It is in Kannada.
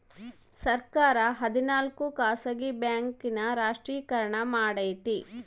ಸರ್ಕಾರ ಹದಿನಾಲ್ಕು ಖಾಸಗಿ ಬ್ಯಾಂಕ್ ನ ರಾಷ್ಟ್ರೀಕರಣ ಮಾಡೈತಿ